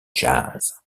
jazz